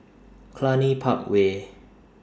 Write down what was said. Cluny Park Way